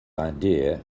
idea